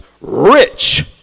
rich